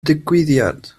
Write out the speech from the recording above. digwyddiad